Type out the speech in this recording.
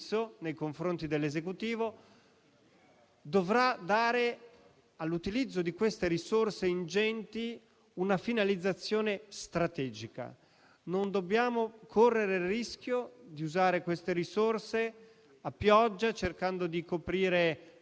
approvato in questo anno. Abbiamo il dovere di concentrare le risorse ove servono per cambiare passo al nostro Paese, per cambiare l'Italia ove è necessario farlo; per raggiungere quelle zone del Paese che non sono ancora servite